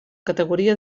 categoria